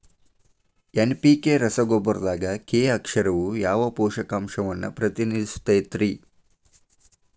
NPK ರಸಗೊಬ್ಬರದಾಗ K ಅಕ್ಷರವು ಯಾವ ಪೋಷಕಾಂಶವನ್ನ ಪ್ರತಿನಿಧಿಸುತೈತ್ರಿ?